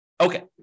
Okay